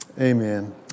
Amen